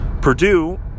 Purdue